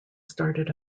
started